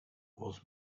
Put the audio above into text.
was